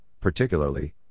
particularly